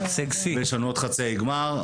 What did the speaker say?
ויש לנו עוד חצאי גמר.